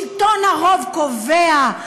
שלטון הרוב קובע,